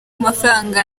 amafaranga